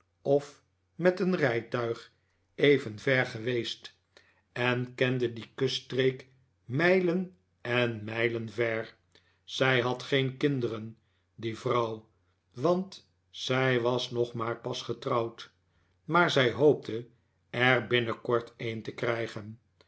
of met een rijtuig even ver geweest en kende die kuststreek mijlen en mijlen ver zij had geen kinderen die vrouw want zij was nog maar pas getrouwd maar zij hoopte er binnenkort een te krijgen